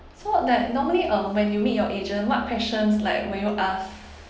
so that normally uh when you meet your agent what questions like will you ask